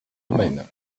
romaine